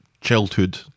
childhood